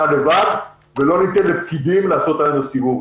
לבד ולא ניתן לפקידים "לעשות עלינו סיבוב",